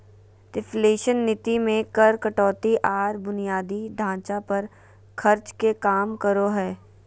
reflation नीति मे कर कटौती आर बुनियादी ढांचा पर खर्च के काम करो हय